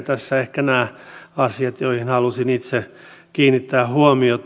tässä ehkä nämä asiat joihin halusin itse kiinnittää huomiota